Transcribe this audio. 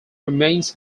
remains